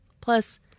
Plus